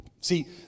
See